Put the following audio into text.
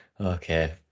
okay